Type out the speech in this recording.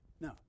No